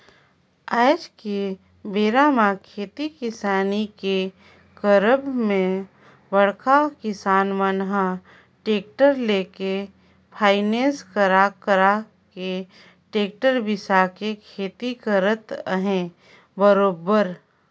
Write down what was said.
आज के बेरा म खेती किसानी के करब म बड़का किसान मन ह टेक्टर लेके फायनेंस करा करा के टेक्टर बिसा के खेती करत अहे बरोबर